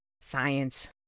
Science